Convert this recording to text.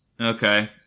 Okay